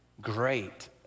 great